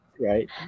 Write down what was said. right